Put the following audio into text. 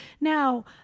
Now